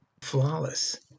Flawless